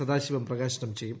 സദാശിവം പ്രകാശനം ചെയ്യും